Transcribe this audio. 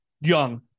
young